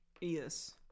Yes